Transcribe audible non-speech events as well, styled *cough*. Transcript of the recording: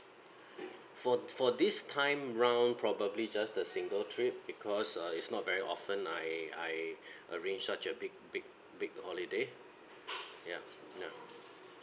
for for this time round probably just the single trip because uh it's not very often I I *breath* arrange such a big big big holiday ya ya